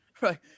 Right